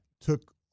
took